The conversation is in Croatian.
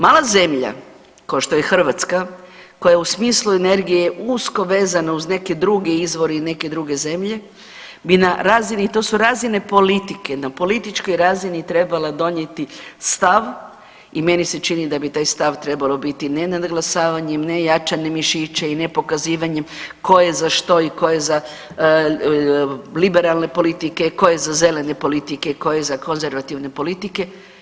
Mala zemlja kao što je Hrvatska koja je u smislu energije usko vezana uz neke druge izvore i neke druge zemlje bi na razini i to su razine politike, na političkoj razini trebala donijeti stav i meni se čini da bi taj stav trebao biti ne nadglasavanjem, ne jačanjem mišića i ne pokazivanjem tko je za što i tko je za liberalne politike, tko je za zelene politike, tko je za konzervativne politike.